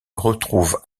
retrouve